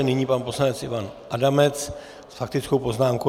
Nyní pan poslanec Ivan Adamec s faktickou poznámkou.